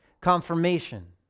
confirmation